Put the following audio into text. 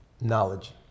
knowledge